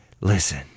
listen